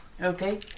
Okay